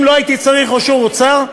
אם לא הייתי צריך אישור אוצר,